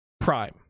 Prime